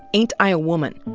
ain't i a woman,